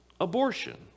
abortion